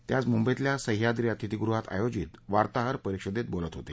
ते आज मुंबईतल्या सह्याद्री अतिथीगृहात आयोजित वार्ताहर परिषदेत बोलत होते